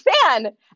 fan